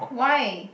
why